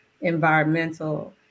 environmental